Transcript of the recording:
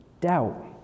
Doubt